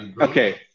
okay